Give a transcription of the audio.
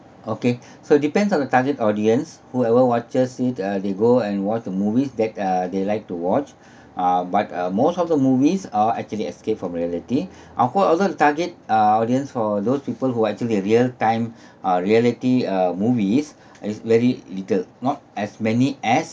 okay so depends on the target audience whoever watches it uh they go and watch the movies that uh they like to watch uh but uh most of the movies are actually escape from reality awkward although the target uh audience for those people who actually a real time uh reality uh movies is very little not as many as